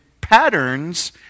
patterns